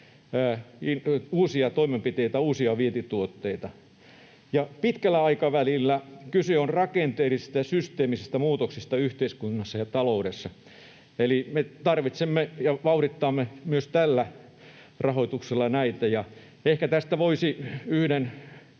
uusia toimenpiteitä, uusia vientituotteita. Pitkällä aikavälillä kyse on rakenteellisista ja systeemisistä muutoksista yhteiskunnassa ja taloudessa. Eli me tarvitsemme ja vauhditamme näitä myös tällä rahoituksella. Ja ehkä tästä voisi yhden